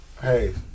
Hey